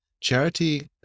charity